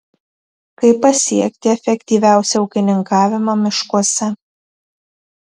kaip pasiekti efektyviausią ūkininkavimą miškuose